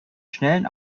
schnellen